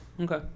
Okay